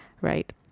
right